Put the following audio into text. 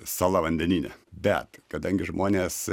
sala vandenyne bet kadangi žmonės